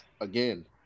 Again